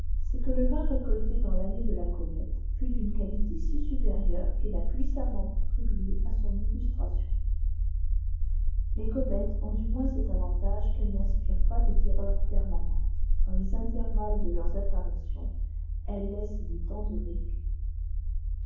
c'est que le vin récolté dans l'anpée de la comète fut d'une qualité si supérieure qu'il a puissamment ccmtribué à son illustration les comètes ont du moins cet avantage qu'elles n'inspirent pas de terreurs permanentes dans les intervalles de leurs apparitions elles laissent des temps de répit